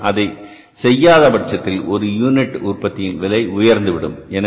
மேலும் அதை செய்யாத பட்சத்தில் ஒரு யூனிட் உற்பத்தியின் விலை உயர்ந்துவிடும்